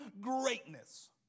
greatness